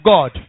God